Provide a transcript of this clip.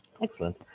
Excellent